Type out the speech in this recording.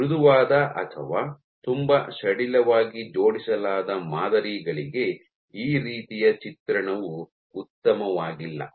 ಮೃದುವಾದ ಅಥವಾ ತುಂಬಾ ಸಡಿಲವಾಗಿ ಜೋಡಿಸಲಾದ ಮಾದರಿಗಳಿಗೆ ಈ ರೀತಿಯ ಚಿತ್ರಣವು ಉತ್ತಮವಾಗಿಲ್ಲ